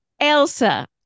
Elsa